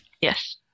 yes